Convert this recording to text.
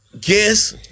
Guess